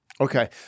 Okay